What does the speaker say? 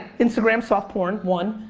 instagram soft porn one.